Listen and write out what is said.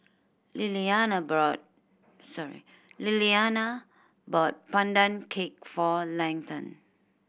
Lillianna brought sorry Lillianna bought Pandan Cake for Leighton